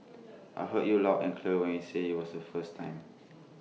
I heard you loud and clear when you said IT was the first time